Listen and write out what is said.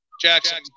Jackson